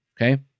okay